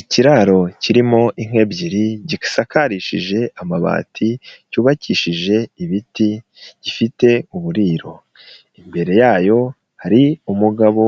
Ikiraro kirimo inka ebyiri gisakarishije amabati, cyubakishije ibiti gifite uburiro imbere yayo hari umugabo